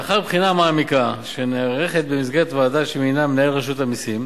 לאחר בחינה מעמיקה שנערכת במסגרת ועדה שמינה מנהל רשות המסים,